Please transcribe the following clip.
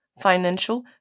financial